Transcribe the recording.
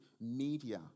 media